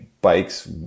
bikes